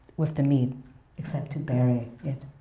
with the meat except to bury it.